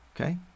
okay